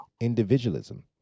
individualism